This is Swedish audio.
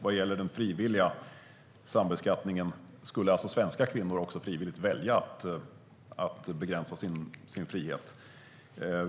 Vad gäller den frivilliga sambeskattningen - skulle då svenska kvinnor frivilligt välja att begränsa sin frihet?